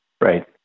Right